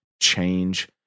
change